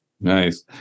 nice